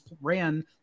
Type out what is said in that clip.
ran